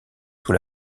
sous